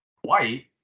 White